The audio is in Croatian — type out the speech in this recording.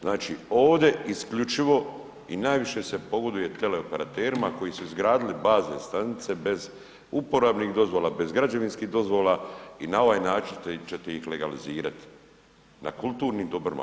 Znači, ovde isključivo i najviše se pogoduje teleoperaterima koji su izgradili bazne stanice bez uporabnih dozvola, bez građevinskih dozvola i na ovaj način ćete ih legalizirati, na kulturnim dobrima.